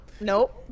Nope